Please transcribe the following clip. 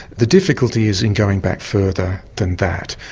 the difficulty is in going back further than that,